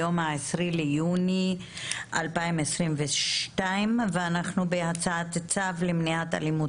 היום ה-20 ביוני 2022 ואנחנו בהצעת צו למניעת אלימות